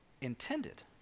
intended